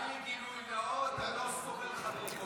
גילוי נאות: אני לא סובל חדרי כושר.